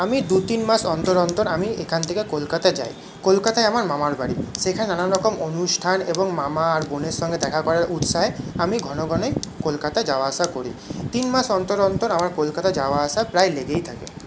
আমি দু তিন মাস অন্তর অন্তর আমি এখান থেকে কলকাতা যাই কলকাতায় আমার মামার বাড়ি সেখানে নানান রকম অনুষ্ঠান এবং মামার আর বোনের সঙ্গে দেখা করার উৎসাহে আমি ঘনঘনই কলকাতা যাওয়া আসা করি তিন মাস অন্তর অন্তর আমার কলকাতা যাওয়া আসা প্রায় লেগেই থাকে